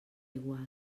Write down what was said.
iguals